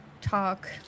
talk